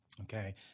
Okay